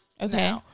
Okay